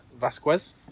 Vasquez